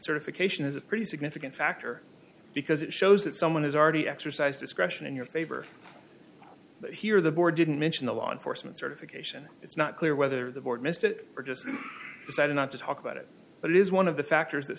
occasion is a pretty significant factor because it shows that someone has already exercise discretion in your favor but here the board didn't mention the law enforcement certification it's not clear whether the board missed it or just decided not to talk about it but it is one of the factors that